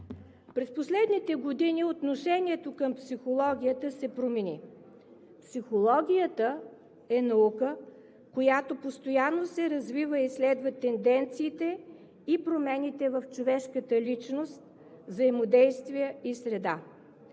През последните години отношението към психологията се промени. Психологията е наука, която постоянно се развива и следва тенденциите и промените в човешката личност, взаимодействие и среда.